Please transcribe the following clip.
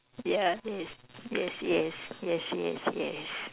ya yes yes yes yes yes yes